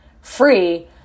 free